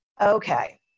Okay